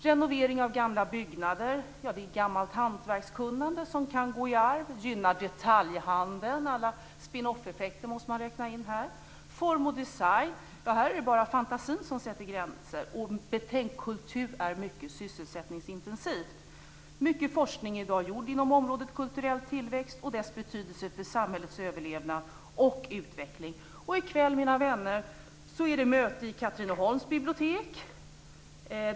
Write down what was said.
Renovering av gamla byggnader kan bidra till att gammalt hantverkskunnande går i arv. Det gynnar detaljhandeln. Här måste man räkna in alla spin-offeffekter. När det gäller form och design är det bara fantasin som sätter gränser. Och betänk: Kultur är ett mycket sysselsättningsintensivt område. Mycket forskning är i dag gjord inom området kulturell tillväxt och dess betydelse för samhällets överlevnad och utveckling. Och i kväll, mina vänner, är det möte i Katrineholms bibliotek.